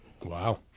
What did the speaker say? Wow